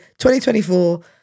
2024